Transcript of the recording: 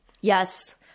Yes